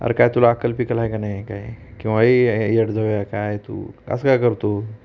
अरं काय तुला अक्कल बिक्कल आहे का नाही काय किंवा एई यडजव्या काय तू असं का करतो